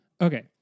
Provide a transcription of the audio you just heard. Okay